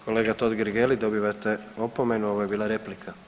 Kolega Totgergeli, dobivate opomenu, ovo je bila replika.